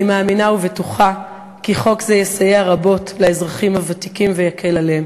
אני מאמינה ובטוחה כי חוק זה יסייע רבות לאזרחים הוותיקים ויקל עליהם,